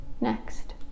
next